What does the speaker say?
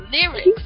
lyrics